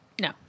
no